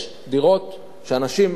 יש דירות שאנשים,